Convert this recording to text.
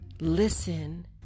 listen